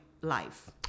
life